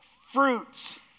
fruits